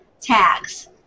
tags